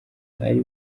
ari